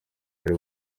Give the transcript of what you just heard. hari